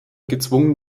gezwungen